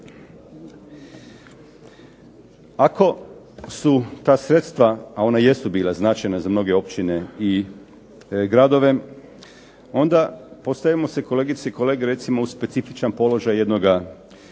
Ako su ta sredstva, a ona jesu bila značajna za mnoge općine i gradove, onda postavimo se kolegice i kolege recimo u specifičan položaj jednoga